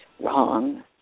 Wrong